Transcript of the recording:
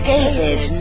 David